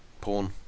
Porn